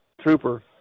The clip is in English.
Trooper